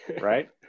right